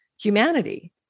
humanity